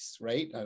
right